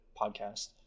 podcast